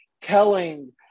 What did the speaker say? telling